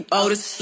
oldest